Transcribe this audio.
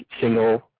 single